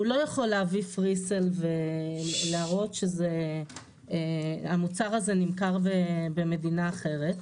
הוא לא יכול להביא פרי-סייל ולהראות שהמוצר הזה נמכר במדינה אחרת,